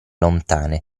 lontane